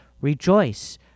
Rejoice